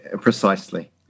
Precisely